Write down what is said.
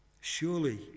Surely